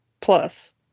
Plus